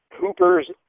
Hooper's